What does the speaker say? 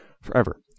forever